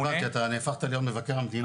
לא הבנתי, אתה נהפכת להיות מבקר המדינה?